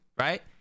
right